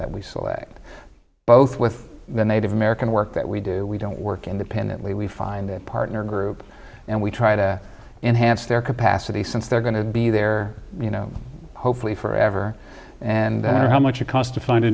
that we select both with the native american work that we do we don't work independently we find a partner group and we try to enhance their capacity since they're going to be there you know hopefully forever and how much it cost to find a